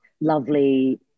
lovely